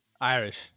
Irish